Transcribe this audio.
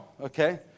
okay